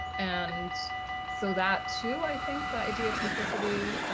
and so that too, i think the idea of complicity